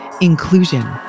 inclusion